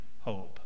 hope